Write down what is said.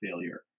failure